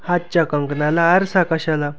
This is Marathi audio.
हातच्या कंकणाला आरसा कशाला